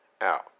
out